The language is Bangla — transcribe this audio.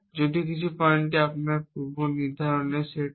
যদি কিছু পয়েন্টে আপনার পূর্বনির্ধারণের সেট থাকে